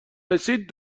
رسید